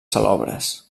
salobres